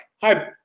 Hi